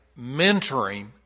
mentoring